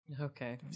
Okay